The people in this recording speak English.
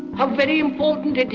how very important it